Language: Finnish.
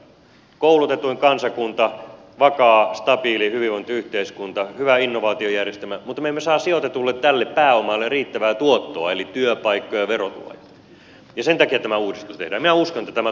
koulutetuin kansakunta vakaa stabiili hyvinvointiyhteiskunta hyvä innovaatiojärjestelmä mutta me emme saa sijoitetulle tälle pääomalle riittävää tuottoa eli työpaikkoja verotuloja ja sen takia tämä uudistus tehdään